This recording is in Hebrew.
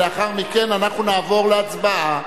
לאחר מכן אנחנו נעבור להצבעה.